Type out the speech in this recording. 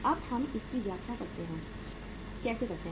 अब हम इसकी व्याख्या कैसे करते हैं